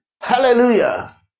Hallelujah